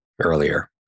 earlier